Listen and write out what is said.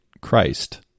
christ